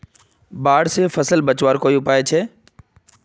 बाढ़ से फसल बचवार कोई उपाय छे?